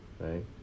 right